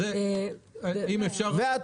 ופירוט של